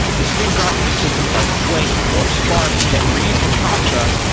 the stream processing systems like flink or spark that read from kafka,